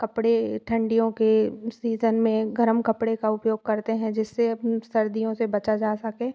कपड़े ठंडियों के सीज़न में गरम कपड़े का उपयोग करते हैं जिससे सर्दियों से बचा जा सके